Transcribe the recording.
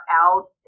out